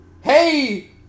Hey